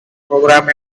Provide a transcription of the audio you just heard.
program